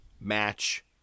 match